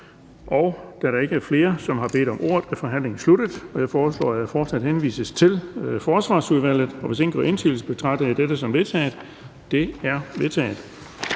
Da der ikke er flere, som har bedt om ordet, er forhandlingen sluttet. Jeg foreslår, at forslaget henvises til Forsvarsudvalget. Hvis ingen gør indsigelse, betragter jeg dette som vedtaget. Det er vedtaget.